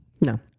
No